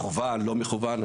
במכוון או שלא במכוון,